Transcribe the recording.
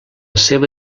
seva